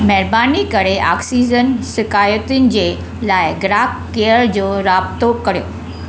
महिरबानी करे ऑक्सीजन शिकायतुनि जे लाइ ग्राहक केयर जो राबितो करियो